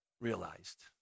realized